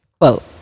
Quote